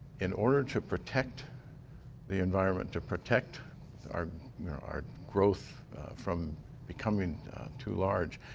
in order to protect the environment, to protect our our growth from becoming too large,